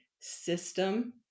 system